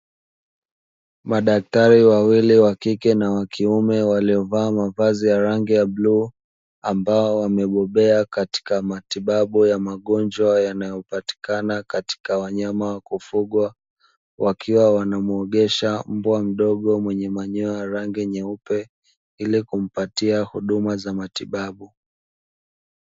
Madaktari wawili wa kike na wa kiume waliovaa mavazi ya rangi ya bluu, ambao wamebobea katika matibabu ya magonjwa yanayopatikana katika wanyama wakufugwa, wakiwa wanamuogesha mbwa mdogo mwenye manyoya ya rangi nyeupe, ili kumpatia huduma za matibabu.